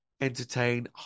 entertain